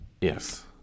yes